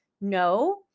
no